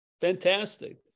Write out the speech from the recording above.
Fantastic